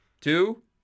Two